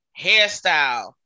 hairstyle